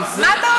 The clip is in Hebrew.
למה?